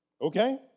Okay